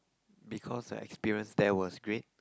because the experience there was great